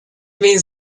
means